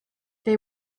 they